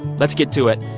let's get to it.